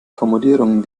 formulierungen